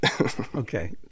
Okay